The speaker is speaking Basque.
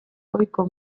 ohiko